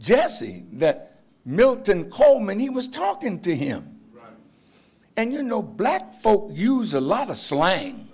jesse that milton coleman he was talking to him and you know black folks use a lot of slang